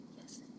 Yes